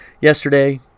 yesterday